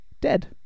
dead